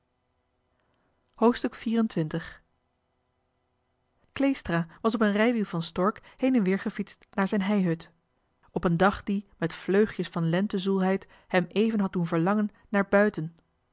hoofdstuk kleestra was op een rijwiel van stork heen en weer gefietst naar zijn heihut op een dag die met vleugjes van lentezoelheid hem even had doen verlangen naar buiten